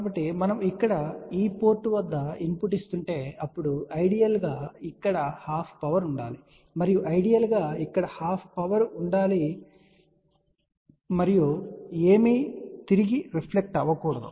కాబట్టి మనము ఇక్కడ ఈ పోర్ట్ వద్ద ఇన్పుట్ ఇస్తుంటే అప్పుడు ఐడియల్ గా ఇక్కడ హాఫ్ పవర్ ఉండాలి మరియు ఐడియల్ గా ఇక్కడ హాఫ్ పవర్ ఉండాలి మరియు ఏమీ తిరిగి రిఫ్లెక్ట్ అవ్వకూడదు